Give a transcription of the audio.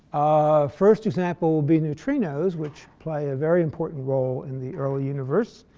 first example, will be neutrinos which play a very important role in the early universe,